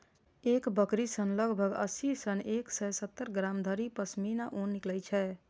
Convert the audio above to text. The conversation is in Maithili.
एक बकरी सं लगभग अस्सी सं एक सय सत्तर ग्राम धरि पश्मीना ऊन निकलै छै